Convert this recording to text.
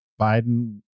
Biden